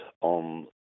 on